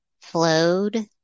flowed